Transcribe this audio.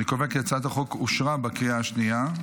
אני קובע כי הצעת החוק אושרה בקריאה השנייה.